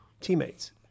teammates